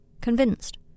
Convinced